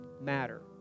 matter